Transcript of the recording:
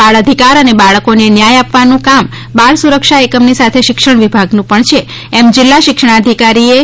બાળ અધિકાર અને બાળકોને ન્યાય આપવાનું કામ બાળ સુરક્ષા એકમની સાથે શિક્ષણ વિભાગનું પણ છે એમ જિલ્લા શિક્ષણાધિકારી એમ